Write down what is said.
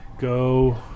Go